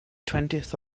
twentieth